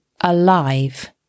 alive